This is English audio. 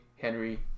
Henry